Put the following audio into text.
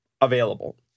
available